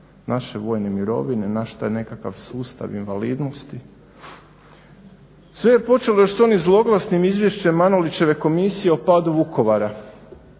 naše vojne mirovine, naš taj nekakav sustav invalidnosti. Sve je počelo još s onim zloglasnim izvješćem Manolićeve komisije o padu Vukovara,